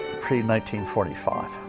pre-1945